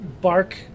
bark